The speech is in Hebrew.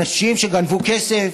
אנשים שגנבו כסף